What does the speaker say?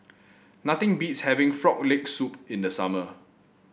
nothing beats having Frog Leg Soup in the summer